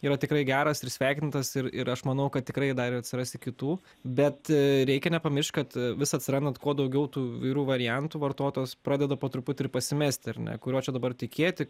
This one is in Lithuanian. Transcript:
yra tikrai geras ir sveikintas ir ir aš manau kad tikrai dar ir atsiras i kitų bet reikia nepamiršt kad vis atsirandant kuo daugiau tų vyrų variantų vartotos pradeda po truputį ir pasimesti ar ne kuriuo čia dabar tikėti